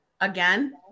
again